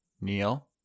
Neil